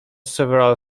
several